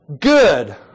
good